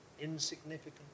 insignificant